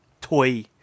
toy